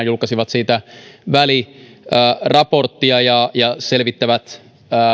julkaisivat siitä väliraporttia ja ja selvittävät